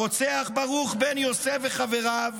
הרוצח ברוך בן יוסף וחבריו,